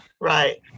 Right